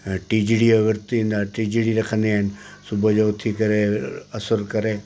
टीजड़ीअ जो विर्त ईंदो आहे टीजड़ी रखंदियूं आहिनि सुबुह जो उथी करे अ असुर करे